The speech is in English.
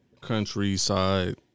Countryside